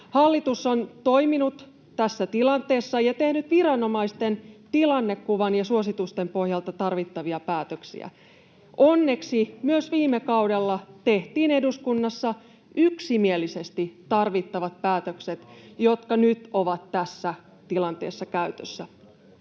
Hallitus on toiminut tässä tilanteessa ja tehnyt viranomaisten tilannekuvan ja suositusten pohjalta tarvittavia päätöksiä. Onneksi myös viime kaudella tehtiin eduskunnassa yksimielisesti tarvittavat päätökset, jotka nyt ovat tässä tilanteessa käytössä.